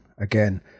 again